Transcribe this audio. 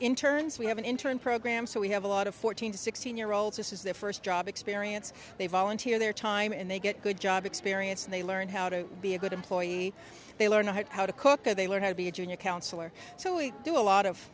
turns we have an intern program so we have a lot of fourteen to sixteen year olds this is their first job experience they volunteer their time and they get good job experience and they learn how to be a good employee they learn how to cook or they learn how to be a junior counselor so we do a lot of